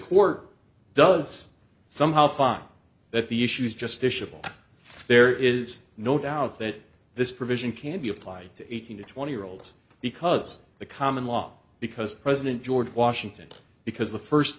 court does somehow find that the issues just fishable there is no doubt that this provision can be applied to eighteen to twenty year old because the common law because president george washington because the first